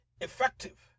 effective